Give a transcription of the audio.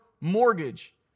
mortgage